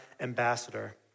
ambassador